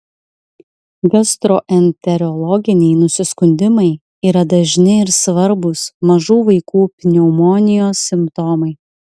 gastroenterologiniai nusiskundimai yra dažni ir svarbūs mažų vaikų pneumonijos simptomai